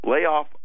Layoff